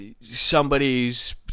somebody's